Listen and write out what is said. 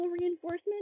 reinforcement